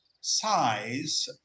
size